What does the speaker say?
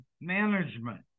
management